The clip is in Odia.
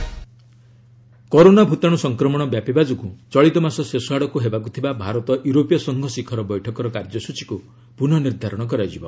MEA PM U visit corona ଭୂତାଣୁ ସଂକ୍ରମଣ ବ୍ୟାପିବା ଯୋଗୁଁ ଚଳିତ ମାସ ଶେଷ ଆଡ଼କୁ ହେବାକୁ ଥିବା ଭାରତ ୟୁରୋପୀୟ ସଂଘ ଶିଖର ବୈଠକର କାର୍ଯ୍ୟସଚୀକୁ ପୁନଃ ନିର୍ଦ୍ଧାରଣ କରାଯିବ